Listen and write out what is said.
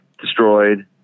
destroyed